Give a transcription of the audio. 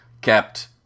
kept